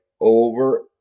over